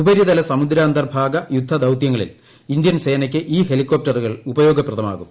ഉപരിതല സമുദ്രാന്തർഭാഗ യുദ്ധ ദൌത്യങ്ങളിൽ ഇന്ത്യൻ സേനയ്ക്ക് ഈ ഹെലികോപ്റ്ററുകൾ ഉപയോഗപ്രദമാകും